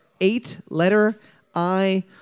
eight-letter-I